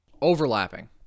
Overlapping